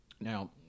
Now